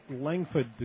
Langford